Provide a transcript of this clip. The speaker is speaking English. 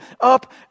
up